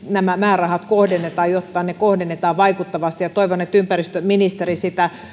nämä määrärahat kohdennetaan jotta ne kohdennetaan vaikuttavasti ja toivon että ympäristöministeri sitä